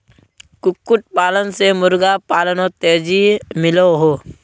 कुक्कुट पालन से मुर्गा पालानोत तेज़ी मिलोहो